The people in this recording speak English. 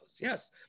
Yes